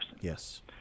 Yes